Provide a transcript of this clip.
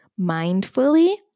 mindfully